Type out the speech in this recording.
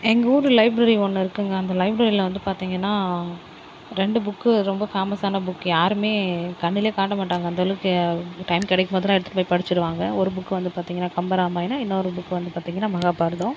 எங்கள் ஊர் லைப்ரரி ஒன்று இருக்குங்க அந்த லைப்ரரியில வந்து பார்த்திங்கன்னா ரெண்டு புக்கு ரொம்ப ஃபேமஸ்ஸான புக்கு யாருமே கண்ணுல காட்டமாட்டாங்க அந்த அளவுக்கு டைம் கிடைக்கும் போதெல்லாம் எடுத்துகிட்டு போய் படிச்சிவிடுவாங்க ஒரு புக் வந்து பார்த்திங்கன்னா கம்பராமாயணம் இன்னொரு புக் வந்து பார்த்திங்கன்னா மகாபாரதம்